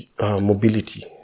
mobility